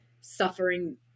suffering